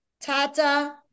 Tata